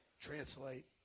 translate